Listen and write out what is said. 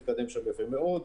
מתקדם שם יפה מאוד.